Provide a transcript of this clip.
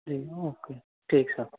जी okay ठीक sir